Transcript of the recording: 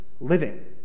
living